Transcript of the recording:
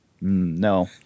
No